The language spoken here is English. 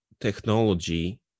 technology